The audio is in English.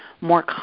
more